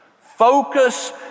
Focus